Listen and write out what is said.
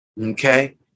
okay